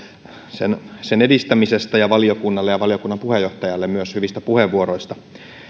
sen sen edistämisestä ja valiokunnalle ja valiokunnan puheenjohtajalle hyvistä puheenvuoroista